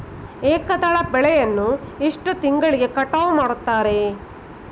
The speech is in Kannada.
ಏಕದಳ ಬೆಳೆಯನ್ನು ಎಷ್ಟು ತಿಂಗಳಿಗೆ ಕಟಾವು ಮಾಡುತ್ತಾರೆ?